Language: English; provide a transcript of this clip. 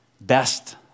best